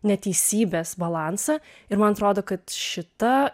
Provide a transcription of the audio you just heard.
neteisybės balansą ir man atrodo kad šita